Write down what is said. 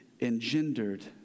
engendered